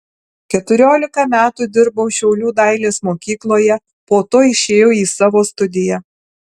keturiolika metų dirbau šiaulių dailės mokykloje po to išėjau į savo studiją